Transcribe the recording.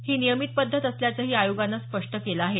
ही नियमित पद्धत असल्याचंही आयोगानं स्पष्ट केलं आहे